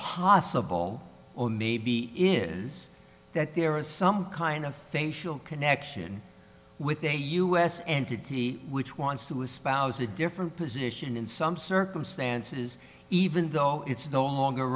possible or maybe is that there is some kind of facial connection with a us entity which wants to espouse a different position in some circumstances even though it's no longer